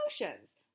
emotions